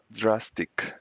drastic